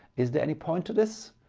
is there any point to this?